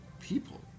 people